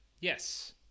Yes